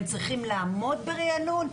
האם הם צריכים לעמוד בריענון?